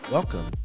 Welcome